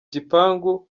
gipangu